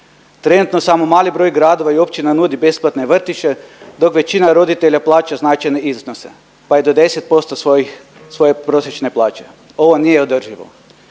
Trenutno samo mali broj gradova i općina nudi besplatne vrtiće, dok većina roditelja plaća značajne iznose, pa i do 10% svoje prosječne plaće. Ovo nije održivo!